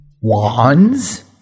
Wands